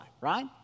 right